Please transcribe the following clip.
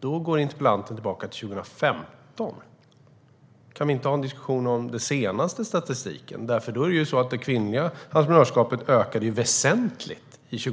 Men interpellanten går tillbaka till 2015. Kan vi inte ha en diskussion om den senaste statistiken? 2016 års siffror visar att det kvinnliga entreprenörskapet ökade väsentligt.